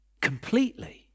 Completely